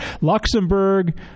Luxembourg